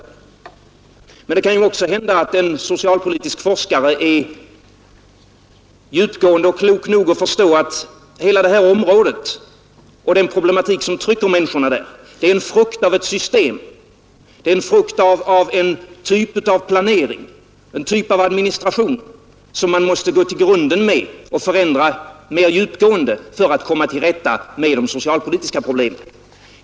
Men det kan också hända att en socialpolitisk forskare är djupgående och klok nog att förstå att hela detta område och den problematik som trycker människorna där är en frukt av ett system, av en typ av planering, en typ av administration som man måste gå till grunden med och förändra mer djupgående för att komma till rätta med de socialpolitiska problemen.